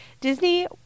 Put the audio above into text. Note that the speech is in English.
Disney